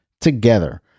together